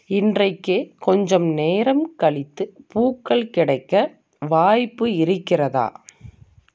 இன்றைக்கே கொஞ்சம் நேரம் கழித்து பூக்கள் கிடைக்க வாய்ப்பு இருக்கிறதா